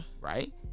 Right